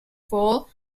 full